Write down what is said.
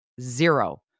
zero